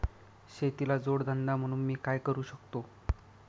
शेतीला जोड धंदा म्हणून मी काय करु शकतो?